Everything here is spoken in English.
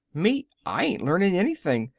me, i ain't learning anything.